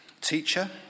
Teacher